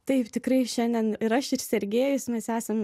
taip tikrai šiandien ir aš ir sergejus mes esam